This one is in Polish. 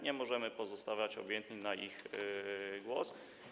Nie możemy pozostawać obojętni na ich głos.